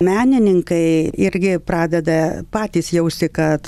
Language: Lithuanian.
menininkai irgi pradeda patys jausti kad